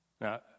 Now